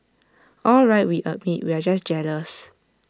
all right we admit we're just jealous